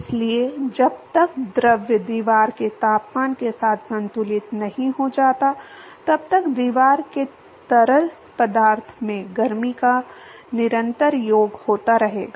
इसलिए जब तक द्रव दीवार के तापमान के साथ संतुलित नहीं हो जाता तब तक दीवार से तरल पदार्थ में गर्मी का निरंतर योग होता रहेगा